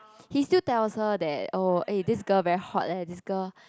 he still tells her that oh eh this girl very hot leh this girl